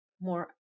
more